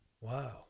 Wow